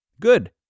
Good